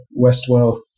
Westwell